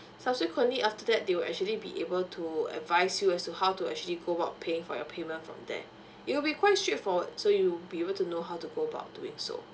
subsequently after that they will actually be able to advise you as to how to actually go out paying for your payment from there it will be quite straightforward so you will be able to know how to go about doing so